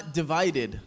divided